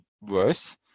worse